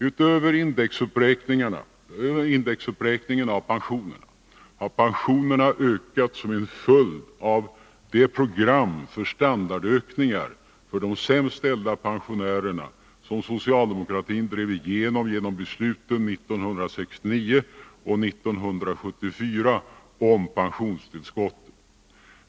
Utöver indexuppräkningen av pensionerna har pensionerna ökat som en följd av det program för standardökningar för de sämst ställda pensionärerna som socialdemokratin drev igenom i och med besluten 1969 och 1974 om pensionstillskotten.